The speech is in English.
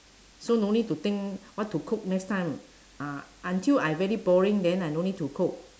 so no need to think what to cook next time ah until I very boring then I no need to cook